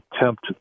attempt